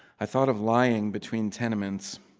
i thought of lying between tenements.